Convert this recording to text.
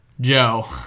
Joe